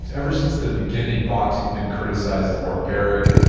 ever since the beginning, boxing has been criticized as barbaric,